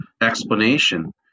explanation